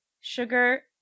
sugar